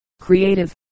creative